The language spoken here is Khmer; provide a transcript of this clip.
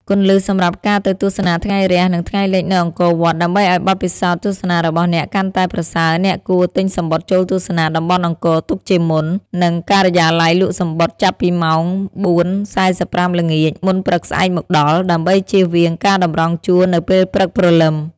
គន្លឹះសម្រាប់ការទៅទស្សនាថ្ងៃរះ និងថ្ងៃលិចនៅអង្គរវត្ត៖ ដើម្បីឲ្យបទពិសោធន៍ទស្សនារបស់អ្នកកាន់តែប្រសើរ អ្នកគួរ ទិញសំបុត្រចូលទស្សនាតំបន់អង្គរទុកជាមុន នៅការិយាល័យលក់សំបុត្រចាប់ពីម៉ោង ៤:៤៥ ល្ងាច មុនព្រឹកស្អែកមកដល់ ដើម្បីជៀសវាងការតម្រង់ជួរនៅពេលព្រឹកព្រលឹម។